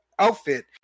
Outfit